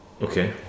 Okay